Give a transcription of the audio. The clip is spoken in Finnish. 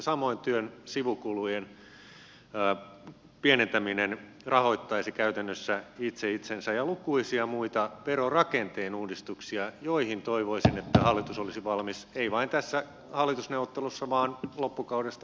samoin työn sivukulujen pienentäminen rahoittaisi käytännössä itse itsensä ja on lukuisia muita verorakenteen uudistuksia joihin toivoisin että hallitus olisi valmis ei vain tässä hallitusneuvottelussa vaan loppukaudesta muutoinkin